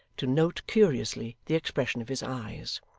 to note curiously the expression of his eyes.